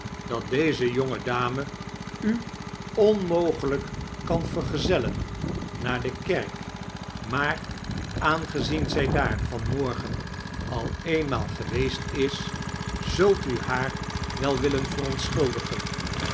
dat deze jbnge dame u onmogelijk kan vergezelleta naar de kerk maar aangezien zij daar van morgen al eenmaal geweeet is zult u haar wel willen verontschuldigen